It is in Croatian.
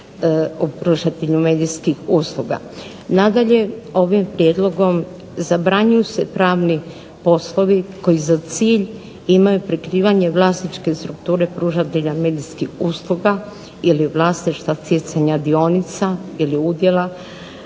u pružatelju medijskih usluga. Nadalje, ovim prijedlogom zabranjuju se pravni poslovi koji za cilj imaju prikrivanje vlasničke strukture pružatelja medijskih usluga ili vlasništva, stjecanja dionica ili udjela